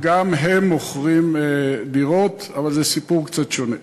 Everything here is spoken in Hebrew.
גם הם מוכרים דירות, אבל זה סיפור קצת שונה.